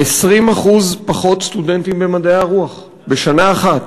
20% פחות סטודנטים במדעי הרוח, בשנה אחת.